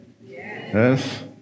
Yes